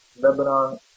Lebanon